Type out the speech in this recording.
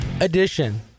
edition